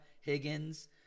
Higgins